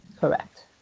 Correct